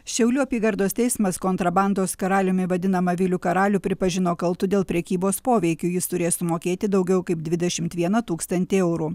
šiaulių apygardos teismas kontrabandos karaliumi vadinamą vilių karalių pripažino kaltu dėl prekybos poveikiu jis turės sumokėti daugiau kaip dvidešimt vieną tūkstantį eurų